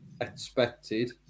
expected